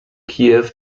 kiew